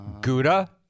Gouda